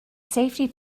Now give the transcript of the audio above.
safety